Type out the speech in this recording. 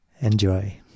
Enjoy